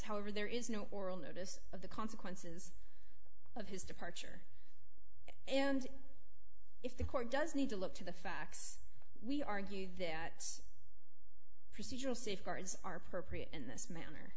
however there is no oral notice of the consequences of his departure and if the court does need to look to the facts we argue that procedural safeguards are perfect and this